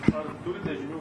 ar turite žinių